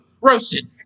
Roasted